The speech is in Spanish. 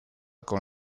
con